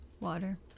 water